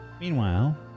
Meanwhile